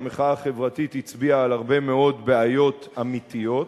המחאה החברתית הצביעה על הרבה מאוד בעיות אמיתיות.